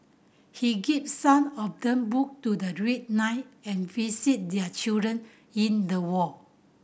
he gives some of them book to the read night and visit their children in the ward